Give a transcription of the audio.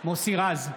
מוסי רז,